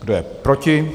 Kdo je proti?